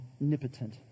omnipotent